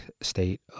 state